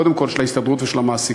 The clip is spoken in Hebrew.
קודם כול של ההסתדרות ושל המעסיקים,